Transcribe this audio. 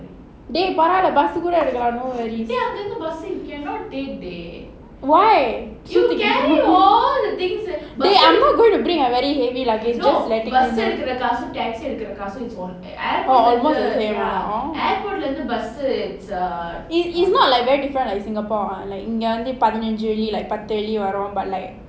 dey எடுக்குறானுக:edukuranuga no worries why dey I'm not gonna bring very heavy luggage just letting you know orh almost the same ah orh it's it's not like very different like singapore ah like இங்க வந்து பதினஞ்சு வரும்:inga vandhu pathinanju varum like பத்து வரும்:pathu varum but like